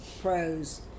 pros